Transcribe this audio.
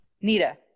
Nita